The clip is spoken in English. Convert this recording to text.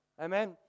Amen